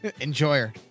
Enjoy